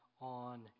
on